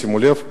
שימו לב,